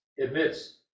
admits